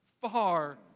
far